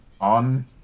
on